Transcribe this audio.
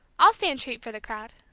i'll stand treat for the crowd.